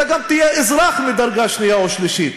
אתה גם תהיה אזרח מדרגה שנייה או שלישית.